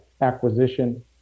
acquisition